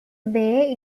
bay